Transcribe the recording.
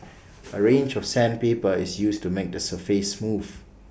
A range of sandpaper is used to make the surface smooth